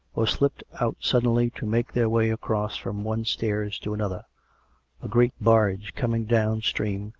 or slipped out suddenly to make their way across from one stairs to an other a great barge, coming down-stream,